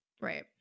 Right